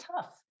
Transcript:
tough